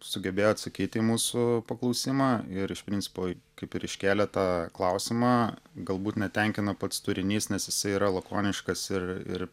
sugebėjo atsakyti į mūsų paklausimą ir iš principo kaip ir iškėlė tą klausimą galbūt netenkina pats turinys nes jisai yra lakoniškas ir ir